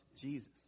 Jesus